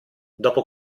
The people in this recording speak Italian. dopo